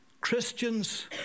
Christians